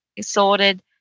sorted